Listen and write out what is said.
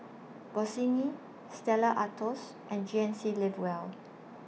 Bossini Stella Artois and G N C Live Well